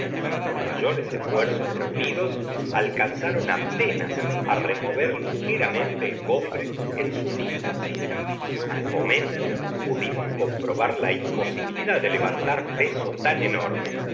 nuestros mayores esfuerzos reunidos alcanzaron apenas a remover ligeramente el cofre en su mismo sitio al momento pudimos comprobar la imposibilidad de levantar peso tan enorme